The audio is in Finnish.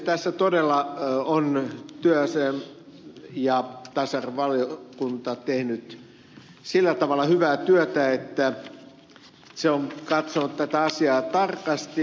tässä todella on työelämä ja tasa arvovaliokunta tehnyt sillä tavalla hyvää työtä että se on katsonut tätä asiaa tarkasti